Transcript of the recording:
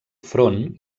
front